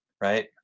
right